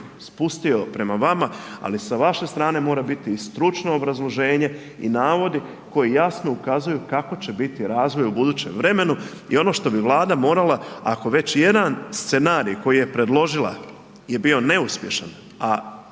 spustio prema vama, ali sa vaše strane mora biti i stručno obrazloženje i navodi koji jasno ukazuju kako će biti razvoj u budućem vremenu i ono što bi Vlada morala, ako već jedan scenarij koji je predložila je bio neuspješan, a